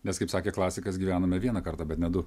nes kaip sakė klasikas gyvename vieną kartą bet ne du